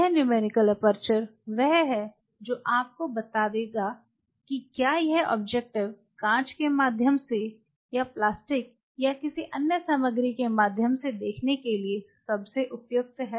यह numerical aperture वह है जो आपको बताएगा कि क्या यह ऑब्जेक्टिव कांच के माध्यम से या प्लास्टिक या किसी अन्य सामग्री के माध्यम से देखने के लिए सबसे उपयुक्त है